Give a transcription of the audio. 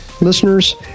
listeners